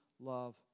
love